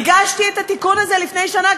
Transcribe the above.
הגשתי את התיקון הזה לפני שנה,